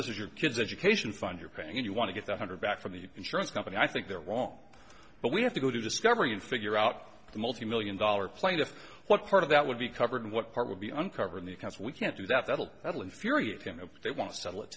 this is your kid's education fund you're paying and you want to get one hundred back from the insurance company i think they're wrong but we have to go to discovery and figure out the multimillion dollar plaintiff what part of that would be covered and what part would be uncovered the accounts we can't do that that'll settle infuriate him and they want to settle it